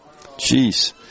Jeez